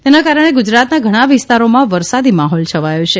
તેના કારણે ગુજરાતના ઘણા વિસ્તારોમા વરસાદી માહોલ છવાયો છે